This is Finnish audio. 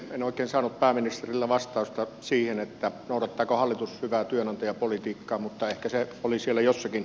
en oikein saanut pääministeriltä vastausta siihen noudattaako hallitus hyvää työnantajapolitiikkaa mutta ehkä se oli siellä jossakin